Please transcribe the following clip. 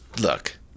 look